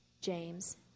James